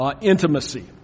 Intimacy